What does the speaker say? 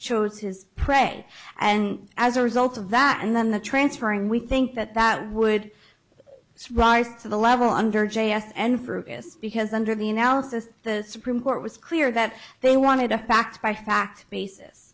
chose his prey and as a result of that and then the transferring we think that that would rise to the level under j s n for us because under the analysis the supreme court was clear that they wanted the facts by fact basis